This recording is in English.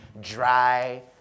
dry